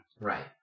Right